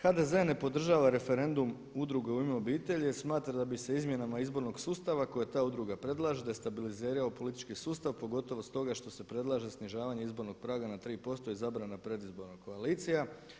HDZ ne podržava referendum Udruge „U ime obitelji“ jer smatra da bi se izmjenama izbornog sustava koje ta udruga predlaže destabilizirao politički sustav pogotovo stoga što se predlaže snižavanje izbornog praga nas 3% i zabrana predizborna koalicija.